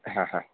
हा हा